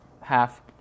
Half